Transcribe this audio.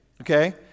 okay